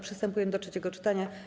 Przystępujemy do trzeciego czytania.